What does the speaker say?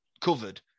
covered